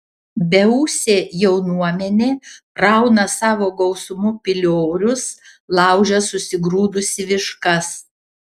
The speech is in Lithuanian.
beūsė jaunuomenė rauna savo gausumu piliorius laužia susigrūdusi viškas